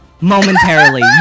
Momentarily